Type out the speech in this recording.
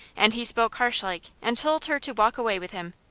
and he spoke harshlike, and told her to walk away with him.